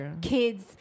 kids